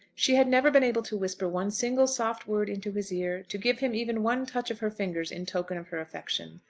she had never been able to whisper one single soft word into his ear, to give him even one touch of her fingers in token of her affection.